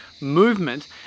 movement